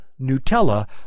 Nutella